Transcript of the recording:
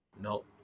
No